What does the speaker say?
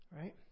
Right